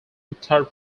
uttar